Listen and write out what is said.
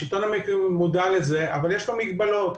השלטון המקומי מודע לזה אבל יש לו מגבלות.